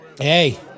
Hey